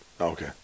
okay